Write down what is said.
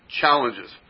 challenges